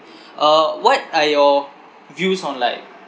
uh what are your views on like